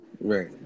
Right